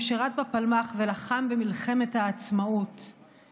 ששירת בפלמ"ח ולחם במלחמת העצמאות,